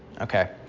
okay